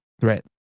threat